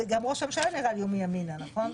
גם ראש הממשלה נראה לי מימינה, נכון.